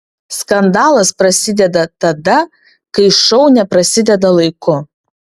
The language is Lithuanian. skandalas prasideda tada kai šou neprasideda laiku